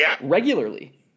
regularly